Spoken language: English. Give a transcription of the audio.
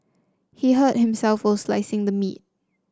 he hurt himself while slicing the meat